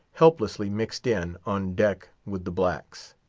helplessly mixed in, on deck, with the blacks.